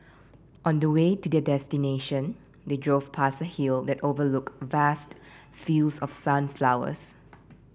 on the way to their destination they drove past a hill that overlooked vast fields of sunflowers